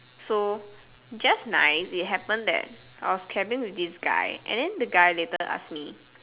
so just nice it happened that I was cabbing with this guy then the guy later ask me